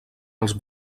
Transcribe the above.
els